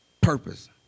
Purpose